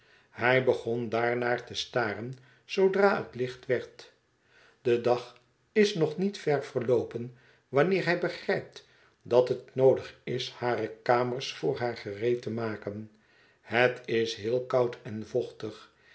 hij begon daarnaar te staren zoodra het licht werd de dag is nog niet ver verloopen wanneer hij begrijpt dat het noodig is hare kamers voor haar gereed te maken het is heel koud en vochtig